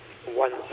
one